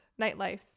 nightlife